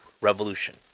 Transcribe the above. revolution